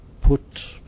put